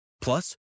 Plus